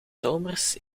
zomers